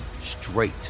straight